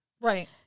Right